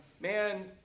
man